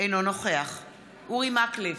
אינו נוכח אורי מקלב,